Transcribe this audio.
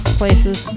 places